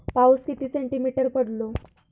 पाऊस किती सेंटीमीटर पडलो?